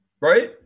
right